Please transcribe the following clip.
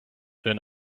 then